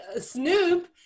Snoop